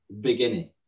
beginning